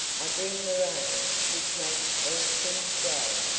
i bring the rain which makes all things grow,